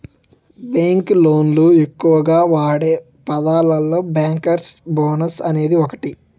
bank లోళ్ళు ఎక్కువగా వాడే పదాలలో బ్యేంకర్స్ బోనస్ అనేది ఒకటి